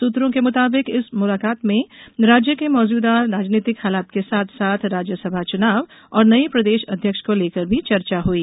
सूत्रों के मुताबिक इस मुलाकात में राज्य के मौजूदा राजनीतिक हालात के साथ साथ राज्यसभा चुनाव और नये प्रदेश अध्यक्ष को लेकर भी चर्चा हुई